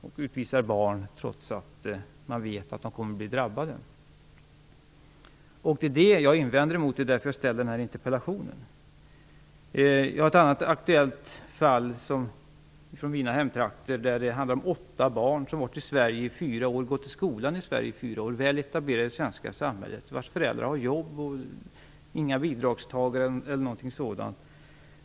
Man utvisar barn trots att man vet att de kommer att bli drabbade. Det är det jag invänder mot och det är därför jag har framställt denna interpellation. Det finns ett annat aktuellt fall från mina hemtrakter. Det handlar om åtta barn som varit i Sverige i fyra år och som gått i svensk skola lika länge. De är alltså väl etablerade i det svenska samhället. Deras föräldrar har jobb och är inga bidragstagare eller något sådant.